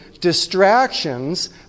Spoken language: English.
distractions